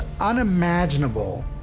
unimaginable